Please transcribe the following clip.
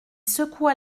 secoua